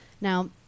Now